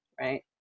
Right